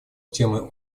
темой